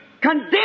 condemn